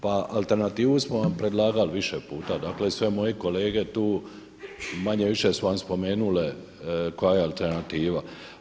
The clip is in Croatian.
Pa alternativu smo vam predlagali više puta, dakle sve moje kolege tu manje-više su vam spomenule koja je alternativa.